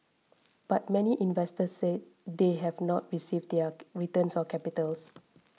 but many investors said they have not received their returns or capital